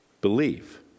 believe